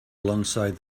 alongside